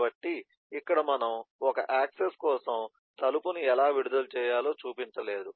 కాబట్టి ఇక్కడ మనము ఒక యాక్సెస్ కోసం తలుపును ఎలా విడుదల చేయాలో చూపించలేదు